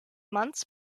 months